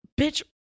bitch